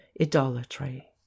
idolatry